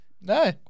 No